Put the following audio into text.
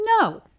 No